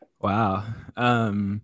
Wow